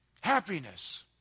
happiness